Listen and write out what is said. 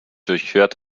durchquert